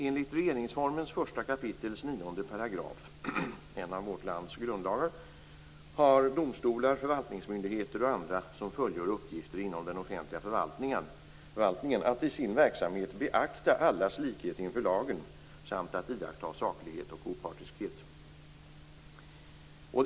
Enligt regeringsformen 1 kap. 9 §, en av vårt lands grundlagar, har domstolar, förvaltningsmyndigheter och andra som fullgör uppgifter inom den offentliga förvaltningen att i sin verksamhet beakta allas likhet inför lagen samt att iaktta saklighet och opartiskhet.